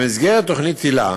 במסגרת תוכנית היל"ה